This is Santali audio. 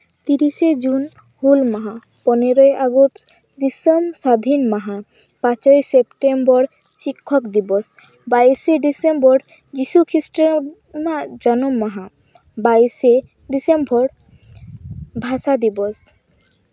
ᱛᱤᱨᱤᱥᱮ ᱡᱩᱱ ᱦᱩᱞ ᱢᱟᱦᱟ ᱯᱚᱱᱮᱜᱚᱭ ᱟᱜᱚᱥᱴ ᱫᱤᱥᱚᱢ ᱥᱟᱹᱫᱷᱤᱱ ᱢᱟᱦᱟ ᱯᱟᱸᱪᱮᱭ ᱥᱮᱯᱴᱮᱢᱵᱚᱨ ᱥᱤᱠᱠᱷᱚᱠ ᱫᱤᱵᱚᱥ ᱵᱟᱭᱤᱥᱮ ᱰᱤᱥᱮᱢᱵᱚᱨ ᱡᱤᱥᱩ ᱠᱷᱤᱥᱴᱚᱣᱟᱜ ᱡᱟᱱᱟᱢ ᱢᱟᱦᱟ ᱵᱟᱭᱤᱥᱮ ᱰᱤᱥᱮᱢᱵᱚᱨ ᱵᱷᱟᱥᱟ ᱫᱤᱵᱚᱥ